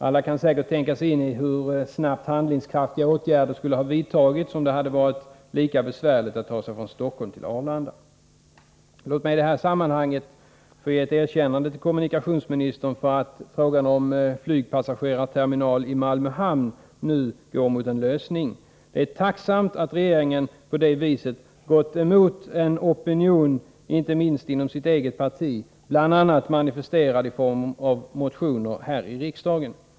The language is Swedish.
Alla kan säkert tänka sig in i hur snabbt handlingskraftiga åtgärder skulle ha vidtagits om det hade varit lika besvärligt att ta sig från Stockholm till Arlanda. Låt mig i det här sammanhanget få ge ett erkännande till kommunikationsministern för att frågan om en flygpassagerarterminal i Malmö hamn nu går mot en lösning. Det är tacksamt att regeringen på det viset gått emot en opinion inte minst inom sitt eget parti— bl.a. manifesterad i form av motioner här i riksdagen.